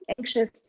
anxious